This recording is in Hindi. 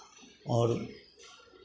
और